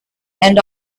and